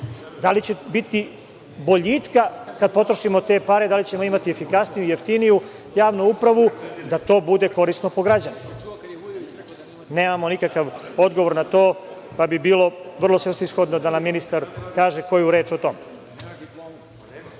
Da li će biti boljitka kada potrošimo te pare? Da li ćemo imati efikasniju i jeftiniju javnu upravu da to bude korisno po građane? Nemamo nikakav odgovor na to, pa bi bilo vrlo svrsishodno da nam ministar kaže koju reč o